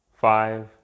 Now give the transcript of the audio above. Five